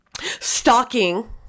stalking